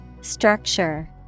Structure